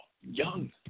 young